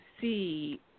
see